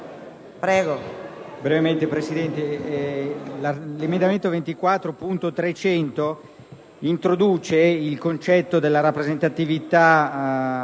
Signora Presidente, l'emendamento 24.300 introduce il concetto della rappresentatività